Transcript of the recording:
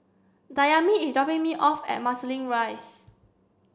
Dayami is dropping me off at Marsiling Rise